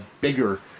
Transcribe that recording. bigger